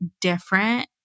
different